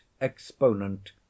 exponent